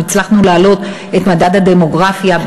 אנחנו הצלחנו להעלות את מדד הדמוגרפיה,